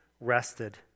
rested